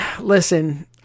listen